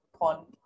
pond